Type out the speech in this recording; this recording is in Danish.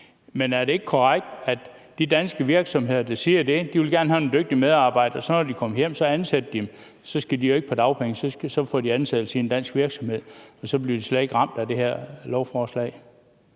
Men er det ikke korrekt, at de danske virksomheder, der siger det, vil gerne have nogle dygtige medarbejdere? Når de så kommer hjem, ansætter de dem. Så skal de jo ikke på dagpenge. Så får de ansættelse i en dansk virksomhed, og så bliver de slet ikke ramt af det her lovforslag,